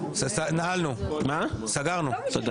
כבר סגרנו.